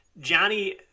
Johnny